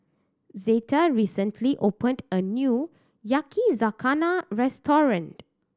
Zeta recently opened a new Yakizakana Restaurant